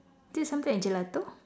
this is something like gelato